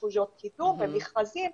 יש אפשרויות קידום ומכרזים.